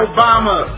Obama